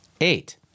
Eight